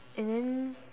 and then